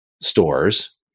stores